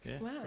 Wow